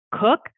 cook